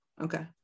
Okay